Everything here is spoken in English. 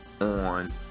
on